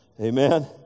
Amen